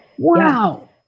Wow